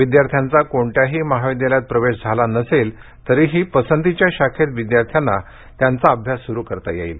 विद्यार्थ्यांचा कोणत्याही महाविद्यालयात प्रवेश झाला नसेल तरीही पसंतीच्या शाखेत विद्यार्थ्यांना त्यांचा अभ्यास सूरू करता येईल